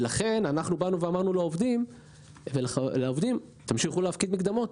ולכן באנו ואמרנו לעובדים שימשיכו להפקיד מקדמות,